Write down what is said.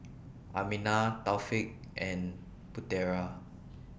Aminah Taufik and Putera